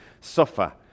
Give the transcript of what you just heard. suffer